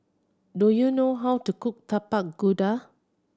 do you know how to cook Tapak Kuda